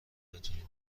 بتونی